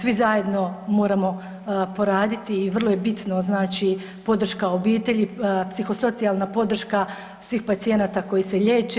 Svi zajedno moramo poraditi i vrlo je bitno znači podrška obitelji, psihosocijalna podrška svih pacijenata koji se liječe.